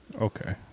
Okay